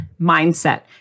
mindset